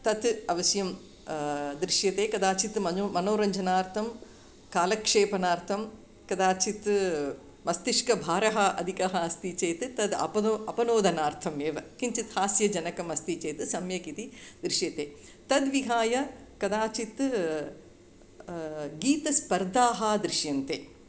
तत् अवश्यं दृश्यते कदाचित् मनु मनोरञ्जनार्थं कालक्षेपणार्थं कदाचित् मस्तिष्कभारः अधिकः अस्ति चेत् तद् अपदो अपनोदनार्थमेव किञ्चित् हास्यजनकम् अस्ति चेत् सम्यक् इति दृश्यते तद् विहाय कदाचित् गीतस्पर्धाः दृश्यन्ते